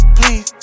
please